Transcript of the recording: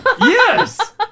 Yes